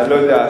אני לא יודע.